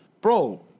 bro